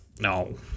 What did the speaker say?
No